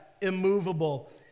immovable